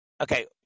okay